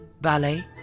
Ballet